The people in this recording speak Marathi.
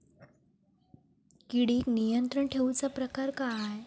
किडिक नियंत्रण ठेवुचा प्रकार काय?